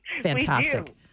Fantastic